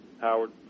Howard